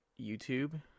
YouTube